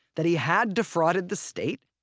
that he had defrauded the state,